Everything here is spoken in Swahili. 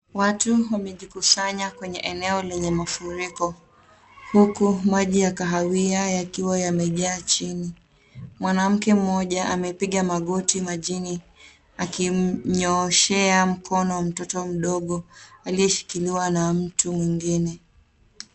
Watu wamejikusanya kwenye eneo lenye mafuriko, huku maji ya kahawia yakiwa yamejaa chini. Mwanamke mmoja amepiga magoti majini akimyooshea mkono mtoto mdogo aliyeshikiliwa na mtu mwingine.